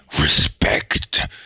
respect